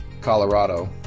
Colorado